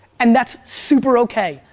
and that's super okay.